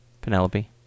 Penelope